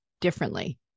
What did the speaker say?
differently